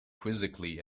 quizzically